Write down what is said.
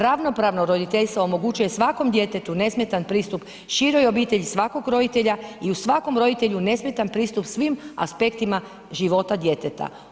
Ravnopravno roditeljstvo omogućuje svakom djetetu nesmetan pristup široj obitelji svakog roditelja i u svakom roditelju nesmetan pristup svim aspektima života djeteta.